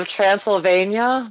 Transylvania